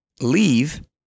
leave